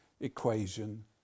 equation